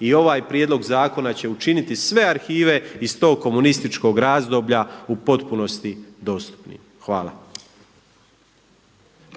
I ovaj prijedlog zakona će učiniti sve arhive iz tog komunističkog razdoblja u potpunosti dostupnim. Hvala. **Petrov, Božo